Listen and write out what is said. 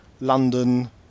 London